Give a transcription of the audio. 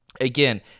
Again